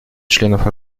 членов